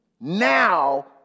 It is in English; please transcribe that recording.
now